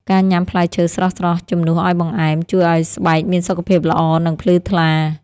ការញ៉ាំផ្លែឈើស្រស់ៗជំនួសឱ្យបង្អែម ជួយឱ្យស្បែកមានសុខភាពល្អ និងភ្លឺថ្លា។